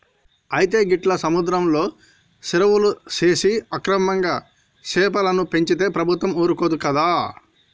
అయితే గీట్ల సముద్రంలో సెరువులు సేసి అక్రమంగా సెపలను పెంచితే ప్రభుత్వం ఊరుకోదు కదా